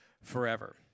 forever